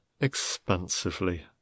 expansively